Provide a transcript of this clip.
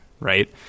Right